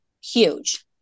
huge